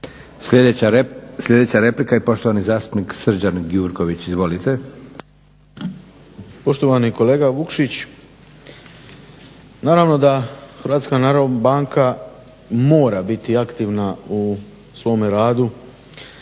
Sljedeća replika i poštovani zastupnik Srđan Gjurković. Izvolite. **Gjurković, Srđan (HNS)** Poštovani kolega Vukšić, naravno da Hrvatska narodna banka mora biti aktivna u svome radu